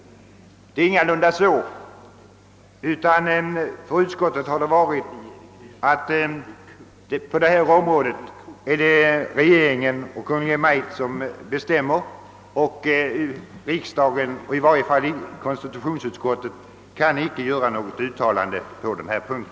Det är ingalunda på det sättet utan utskottsmajoriteten har ansett att Kungl. Maj:t bestämmer på detta område och att i varje fall inte konstitutionsutskottet kan göra något uttalande på denna punkt.